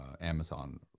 Amazon